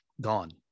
gone